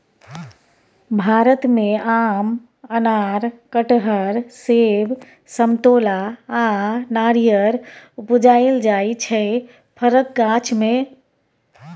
भारत मे आम, अनार, कटहर, सेब, समतोला आ नारियर उपजाएल जाइ छै फरक गाछ मे